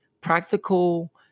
practical